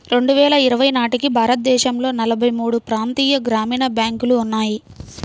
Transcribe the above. రెండు వేల ఇరవై నాటికి భారతదేశంలో నలభై మూడు ప్రాంతీయ గ్రామీణ బ్యాంకులు ఉన్నాయి